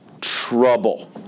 trouble